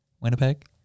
Winnipeg